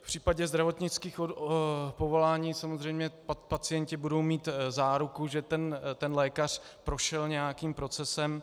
V případě zdravotnických povolání samozřejmě pacienti budou mít záruku, že ten lékař prošel nějakým procesem.